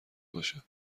باشه